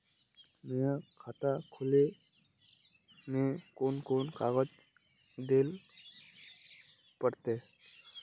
नया खाता खोले में कौन कौन कागज देल पड़ते?